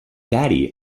daddy